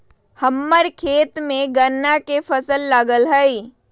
हम्मर खेत में गन्ना के फसल लगल हई